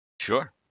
Sure